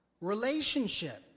relationship